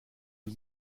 het